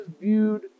viewed